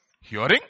hearing